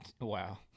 Wow